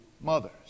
mothers